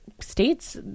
states